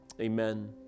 amen